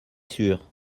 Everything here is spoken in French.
sure